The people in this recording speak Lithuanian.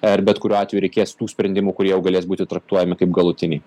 ir bet kuriuo atveju reikės tų sprendimų kurie jau galės būti traktuojami kaip galutiniai